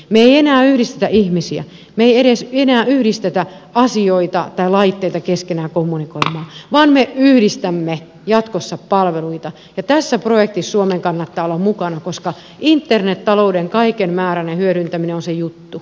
me emme enää yhdistä ihmisiä me emme enää edes yhdistä asioita tai laitteita keskenään kommunikoimaan vaan me yhdistämme jatkossa palveluita ja tässä projektissa suomen kannattaa olla mukana koska internettalouden kaikenmääräinen hyödyntäminen on se juttu